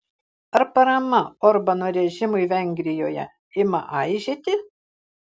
ar parama orbano režimui vengrijoje ima aižėti